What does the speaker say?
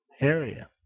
area